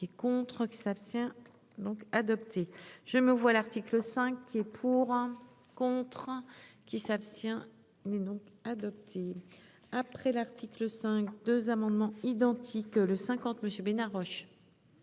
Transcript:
qui est contre qui s'abstient donc adopté. Je me vois l'article 5. Pour un contraint. Qui s'abstient n'donc adopté. Après l'article 5 2 amendements identiques, le 50 Monsieur Bénard Roche.